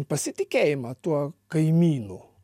pasitikėjimą tuo kaimynu